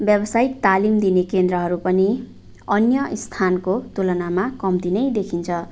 व्यवसायिक तालिम दिने केन्द्रहरू पनि अन्य स्थानको तुलनामा कम्ती नै देखिन्छ